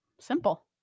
Simple